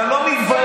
אתה לא מתבייש?